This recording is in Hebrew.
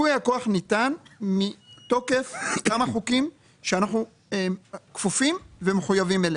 ייפוי הכוח ניתן מתוקף כמה חוקים שאנחנו כפופים ומחויבים אליהם.